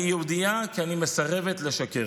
אני יהודייה כי אני מסרבת לשקר".